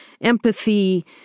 empathy